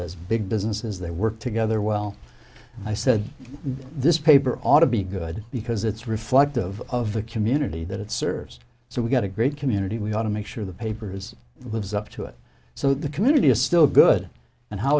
as big businesses they work together well i said this paper ought to be good because it's reflective of the community that it serves so we've got a great community we ought to make sure the papers lives up to it so the community is still good and how